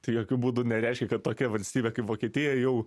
tai jokiu būdu nereiškia kad tokia valstybė kaip vokietija jau